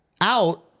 out